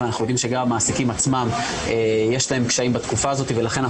ואנחנו יודעים שגם למעסיקים עצמם יש קשיים בתקופה הזאת ולכן,